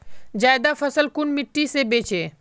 ज्यादा फसल कुन मिट्टी से बेचे?